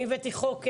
אני הבאתי חוק.